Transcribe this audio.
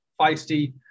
feisty